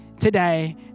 today